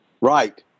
Right